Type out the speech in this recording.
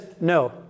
no